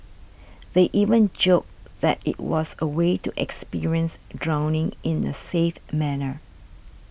they even joked that it was a way to experience drowning in a safe manner